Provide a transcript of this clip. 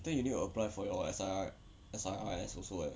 then you need to apply for your S_R_I S_I_R_S also leh